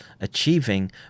achieving